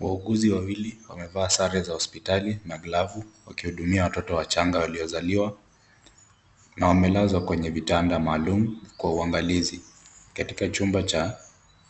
Wauguzi wawili wamevaa sare za hospitali na glavu wakihudumia watoto wachanga waliozaliwa na wamelazwa kwenye vitanda maalum kwa uangalizi katika chumba cha